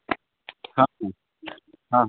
हॅं हॅं हॅं